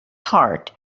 heart